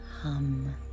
Hum